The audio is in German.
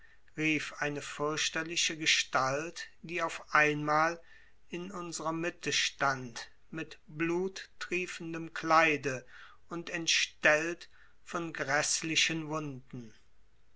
rief eine fürchterliche gestalt die auf einmal in unsrer mitte stand mit bluttriefendem kleide und entstellt von gräßlichen wunden